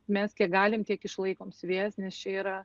mes kiek galim tiek išlaikom siuvėjas nes čia yra